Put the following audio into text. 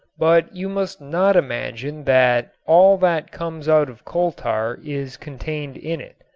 but you must not imagine that all that comes out of coal tar is contained in it.